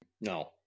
No